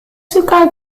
suka